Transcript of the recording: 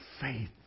faith